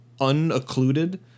unoccluded